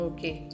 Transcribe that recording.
Okay